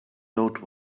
note